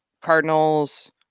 Cardinals